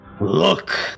Look